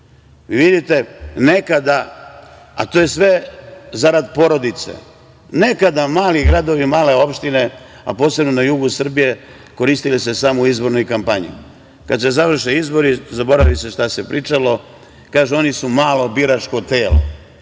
Srbiji. Vidite, nekada, a to je sve zarad porodice, nekada mali gradovi, male opštine, a posebno na jugu Srbije su se koristile samo u izbornoj kampanji. Kada se završe izbori, zaboravi se šta se pričalo. Kaže se – oni su malo biračko telo.